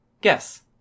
Guess